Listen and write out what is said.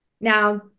Now